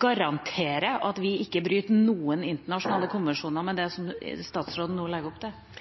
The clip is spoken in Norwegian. garantere at vi ikke bryter noen internasjonale konvensjoner med det som statsråden nå legger opp til?